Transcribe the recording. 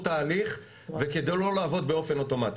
תהליך וכדי לא לעבוד באופן אוטומטי.